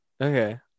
okay